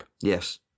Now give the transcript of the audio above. Yes